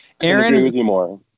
Aaron